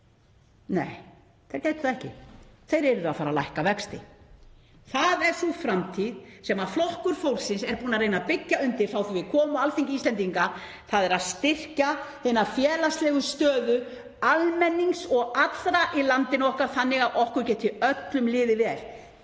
Nei, þeir gætu það ekki, þeir yrðu að fara að lækka vexti. Það er sú framtíð sem Flokkur fólksins er búinn að reyna að byggja undir frá því að við komum á Alþingi Íslendinga, að styrkja hina félagslegu stöðu almennings og allra í landinu okkar þannig að okkur geti öllum liðið vel.